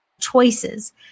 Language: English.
choices